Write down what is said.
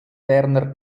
werner